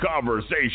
conversation